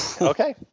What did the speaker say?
Okay